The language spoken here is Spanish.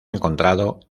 encontrado